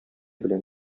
белән